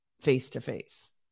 face-to-face